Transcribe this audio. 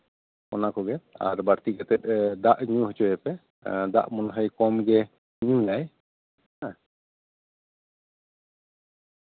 ᱟᱨ ᱵᱟᱹᱲᱛᱤ ᱠᱟᱛᱮ ᱫᱟᱜ ᱧᱩ ᱦᱪᱚᱭᱮᱯᱮ ᱫᱟᱜ ᱢᱚᱱᱮ ᱦᱚᱭ ᱠᱚᱢᱜᱮ ᱧᱩᱭᱟᱭ